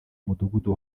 mudugudu